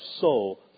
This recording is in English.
soul